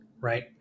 right